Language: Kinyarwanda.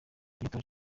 theogene